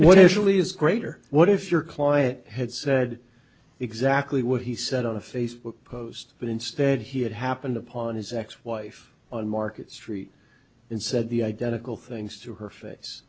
what actually is greater what if your client had said exactly what he said on a facebook post but instead he had happened upon his ex wife on market street and said the identical things to her face